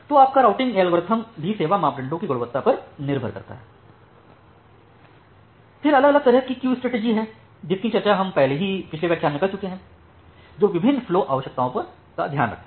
तो आपका routing algorithm भी सेवा मापदंडों की गुणवत्ता पर निर्भर करता है फिर अलग अलग तरह की क्यू स्ट्रेटेजी हैं जिनकी चर्चा हम पहले ही पिछले व्याख्यान में कर चुके हैं जो विभिन्न फ्लो आवश्यकताओं का ध्यान रखती हैं